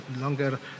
longer